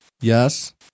Yes